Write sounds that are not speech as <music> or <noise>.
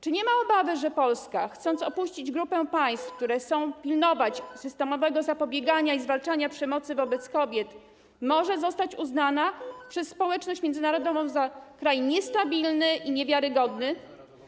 Czy nie ma obawy, że Polska, <noise> chcąc opuścić grupę państw, które chcą pilnować systemowego zapobiegania i zwalczania przemocy wobec kobiet, może zostać uznana przez społeczność międzynarodową za kraj niestabilny i niewiarygodny?